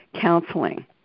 counseling